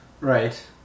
Right